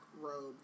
robes